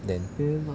then